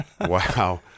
Wow